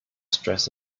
stress